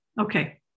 Okay